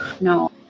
No